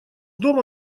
дом